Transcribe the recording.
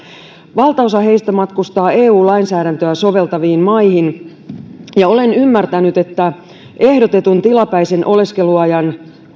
valtaosa heistä matkustaa eu lainsäädäntöä soveltaviin maihin ja olen ymmärtänyt että ehdotetun tilapäisen oleskeluajan